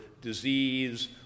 disease